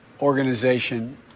organization